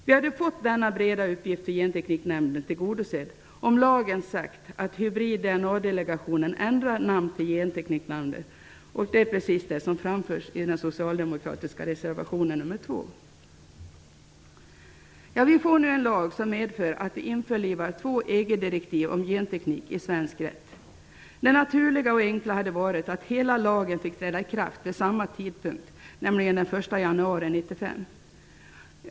Vi hade fått kravet på denna breda sammansättning av Gentekniknämnden tillgodosett, om lagen hade inneburit att Hybrik-DNA-delegationen skulle ändra namn till Gentekniknämnden. Det är just detta krav som framförs i den socialdemokratiska reservationen nr 2. Vi får nu en lag som medför att vi införlivar två EG direktiv om genteknik i svensk rätt. Det naturliga och enkla hade varit att hela lagen fick träda i kraft vid samma tidpunkt, nämligen den 1 januari 1995.